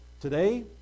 today